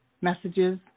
messages